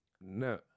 No